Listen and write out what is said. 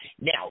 Now